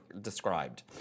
described